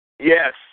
Yes